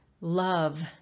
love